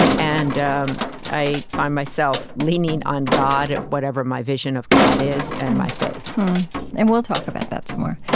and um i find myself leaning on god, whatever my vision of god is, and my faith and we'll talk about that some more.